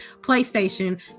playstation